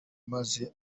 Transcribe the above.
maze